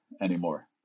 anymore